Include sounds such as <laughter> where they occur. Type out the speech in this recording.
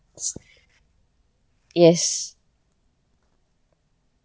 <noise> yes